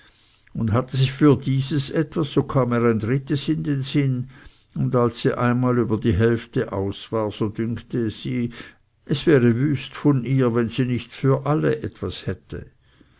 und hatte sie für dieses etwas so kam ihr ein drittes in sinn und als sie einmal über die hälfte aus war so dünkte es sie es wäre wüst von ihr wenn sie nicht für alle etwas hätte